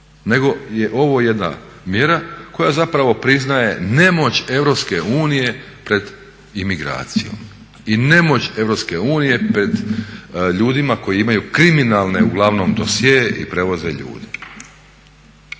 Nego je ovo jedna mjera koja zapravo priznaje nemoć EU pred imigracijom i nemoć EU pred ljudima koji imaju kriminalne uglavnom dosjee i prevoze ljude.